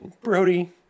Brody